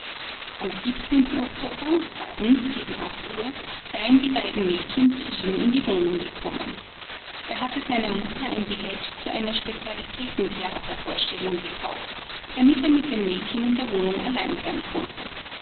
am oktober abends gegen uhr seien die beiden mädchen zu ihm in die wohnung gekommen er hatte seiner mutter ein billett zu einer spezialitätentheatervorstellung gekauft damit er mit den mädchen in der wohnung allein sein konnte